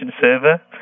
Server